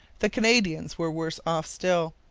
the canadians were worse off still.